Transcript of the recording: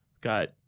Got